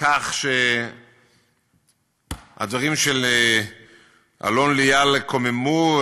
כך שהדברים של אלון ליאל קוממו,